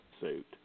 suit